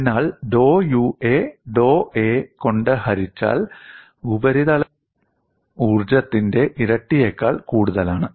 അതിനാൽ ഡോ Ua ഡോ a കൊണ്ട് ഹരിച്ചാൽ ഉപരിതല ഊർജ്ജത്തിന്റെ ഇരട്ടിയേക്കാൾ കൂടുതലാണ്